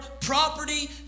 property